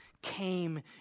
came